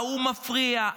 ההוא מפריע,